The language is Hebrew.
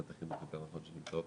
כאן.